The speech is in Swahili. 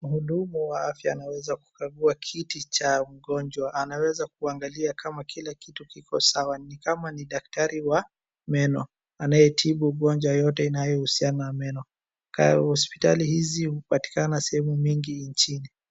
Mhudumu wa afya anaweza kukagua kiti cha mgonjwa. Anaweza kuangalia kama kila kitu kiko sawa. Ni kama ni daktari wa meno anayetibu ugonjwa yote inayohusiana na meno. Hospitali hizi hupatikana sehemu nyingi nchini.